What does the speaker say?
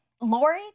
Lori